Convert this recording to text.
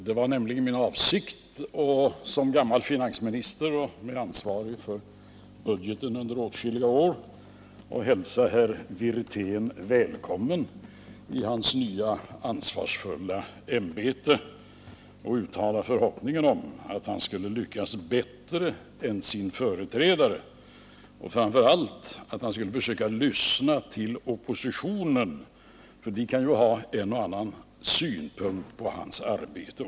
Det var nämligen min avsikt att som gammal finansminister med ansvar för budgeten under åtskilliga år hälsa herr Wirtén välkommen i hans nya, ansvarsfulla ämbete och uttala en förhoppning om att han skulle lyckas bättre än sin företrädare och framför allt att han skulle försöka lyssna till oppositionen, för också den kan ju ha en och annan synpunkt på hans arbete.